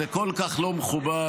זה כל כך לא מכובד.